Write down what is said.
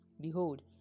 Behold